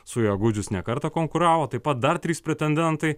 su juo gudžius ne kartą konkuravo taip pat dar trys pretendentai